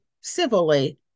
civilly